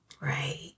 right